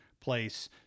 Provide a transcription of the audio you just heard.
place